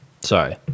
sorry